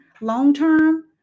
long-term